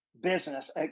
business